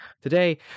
Today